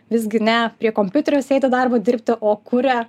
visgi ne prie kompiuterio sėdi darbo dirbti o kuria